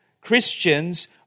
Christians